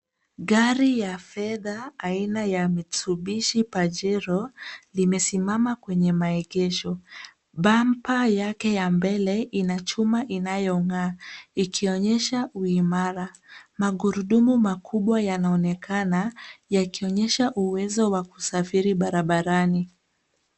Gari ya fedha aina ya Mitsubishi pajero, limesimama kwenye maegesho. Bumper yake ya mbele , inachuma inayong'aa ikionyesha uimara. Magurudumu makubwa yanaonekana yakionyesha uwezo wa kusafiri barabarani.